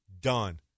done